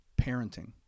parenting